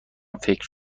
فکر